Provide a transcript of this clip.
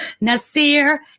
Nasir